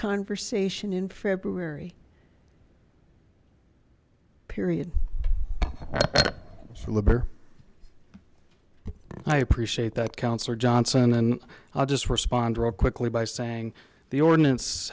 conversation in february period liberty i appreciate that councillor johnson and i'll just respond real quickly by saying the ordinance